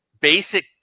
basic